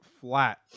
flat